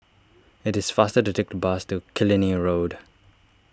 it is faster to take the bus to Killiney Road